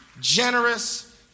generous